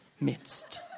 Midst